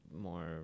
more